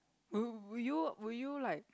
would would you would you like